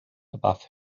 above